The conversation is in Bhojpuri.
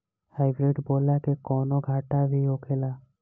हाइब्रिड बोला के कौनो घाटा भी होखेला?